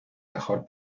mejor